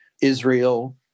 Israel